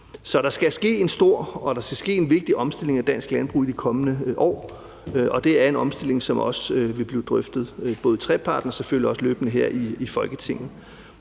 og der skal ske en vigtig omstilling af dansk landbrug i de kommende år, og det er en omstilling, som også vil blive drøftet både i treparten og selvfølgelig også løbende i Folketinget.